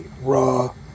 Raw